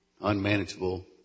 Unmanageable